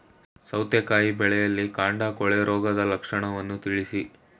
ಸೌತೆಕಾಯಿ ಬೆಳೆಯಲ್ಲಿ ಕಾಂಡ ಕೊಳೆ ರೋಗದ ಲಕ್ಷಣವನ್ನು ತಿಳಿಸಿ?